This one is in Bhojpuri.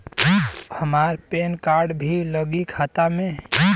हमार पेन कार्ड भी लगी खाता में?